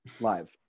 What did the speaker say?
live